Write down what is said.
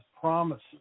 promises